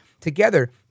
Together